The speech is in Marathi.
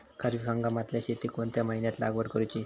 खरीप हंगामातल्या शेतीक कोणत्या महिन्यात लागवड करूची?